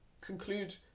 conclude